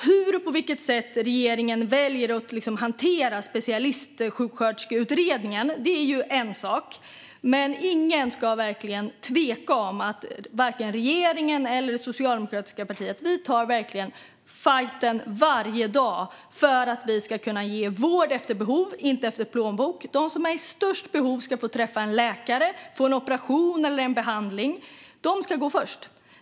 Hur regeringen väljer att hantera specialistsjuksköterskeutredningen är en sak, men ingen ska tveka om att regeringen och det socialdemokratiska partiet tar fajten varje dag för att vi ska kunna ge vård efter behov och inte efter plånbok. De som är i störst behov ska få träffa en läkare och få en operation eller behandling. De ska gå först.